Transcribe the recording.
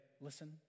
listen